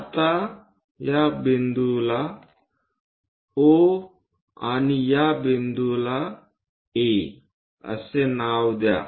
आता या बिंदूंना O आणि या बिंदूला A असे नाव द्या